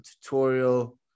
tutorial